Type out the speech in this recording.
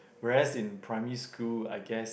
rest in primary school I guess